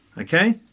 Okay